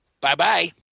Bye-bye